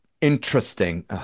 interesting